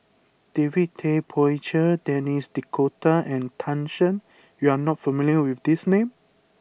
David Tay Poey Cher Denis D'Cotta and Tan Shen you are not familiar with these names